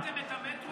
השקעתם את המטרו?